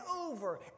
over